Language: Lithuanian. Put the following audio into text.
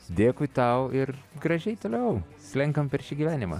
dėkui tau ir gražiai toliau slenkam per šį gyvenimą